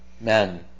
men